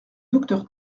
docteur